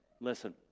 Listen